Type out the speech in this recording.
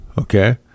okay